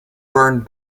burned